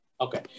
Okay